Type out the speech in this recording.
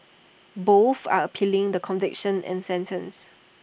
both are appealing the conviction and sentence